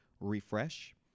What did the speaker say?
refresh